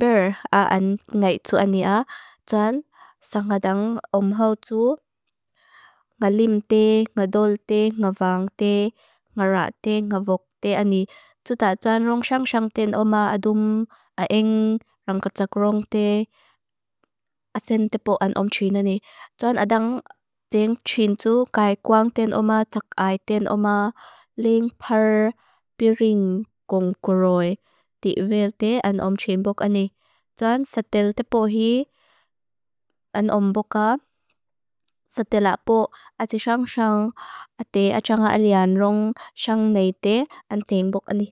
Ber aan ngay tu ani a, tuan sanga dang omhaw tu, nga lim te, nga dol te, nga vang te, nga ra te, nga vok te ani. Tuta tuan rong sang sang ten oma, adum aing rang katsak rong te, asen tepo anten om trin ani. Tuan adang teng trin tu, kai kwang ten oma, tak ai ten oma, ling par piring gong koroy, ti ver te an om trin pok ani. Tuan satel tepo hi, an om boka, satela pok, atisang sang ate, achanga alianti, rong sang nei te, anteng pok ani.